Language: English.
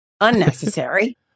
unnecessary